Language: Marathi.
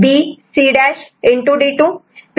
D2 A'BC